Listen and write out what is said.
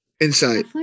inside